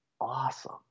awesome